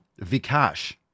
Vikash